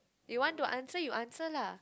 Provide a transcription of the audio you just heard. you want to answer you answer lah